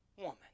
Woman